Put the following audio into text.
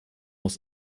muss